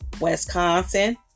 Wisconsin